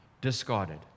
discarded